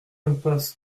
impasse